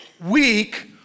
weak